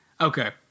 Okay